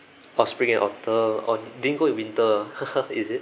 oh spring and autumn oh didn't go in winter ah is it